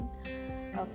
Okay